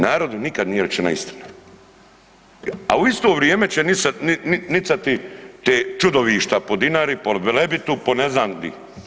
Narodu nikad nije rečena istina, a u isto vrijeme će nicati te čudovišta po Dinari, po Velebitu, po ne znam gdi.